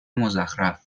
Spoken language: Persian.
مزخرف